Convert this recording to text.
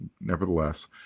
nevertheless